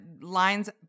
lines